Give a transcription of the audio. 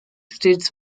states